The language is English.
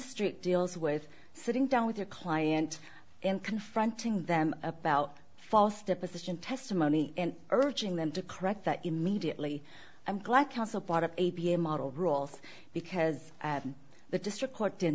remonstrate deals with sitting down with your client and confronting them about false deposition testimony and urging them to correct that immediately i'm glad counsel part of a b a model rules because the district court did